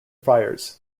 friars